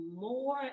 more